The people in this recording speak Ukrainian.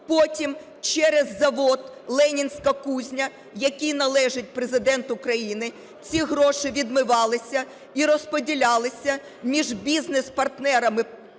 Потім через завод "Ленінська кузня", який належить Президенту країни, ці гроші відмивалися і розподілялися між бізнес-партнерами